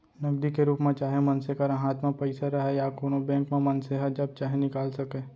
नगदी के रूप म चाहे मनसे करा हाथ म पइसा रहय या कोनों बेंक म मनसे ह जब चाहे निकाल सकय